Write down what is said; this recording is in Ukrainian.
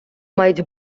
мають